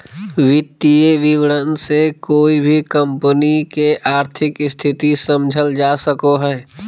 वित्तीय विवरण से कोय भी कम्पनी के आर्थिक स्थिति समझल जा सको हय